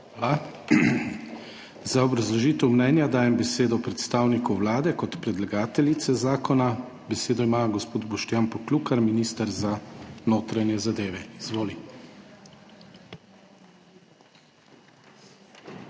Hvala. Za obrazložitev mnenja, dajem besedo predstavniku Vlade kot predlagateljici zakona. Besedo ima gospod Boštjan Poklukar, minister za notranje zadeve. Izvoli.